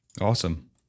Awesome